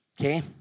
Okay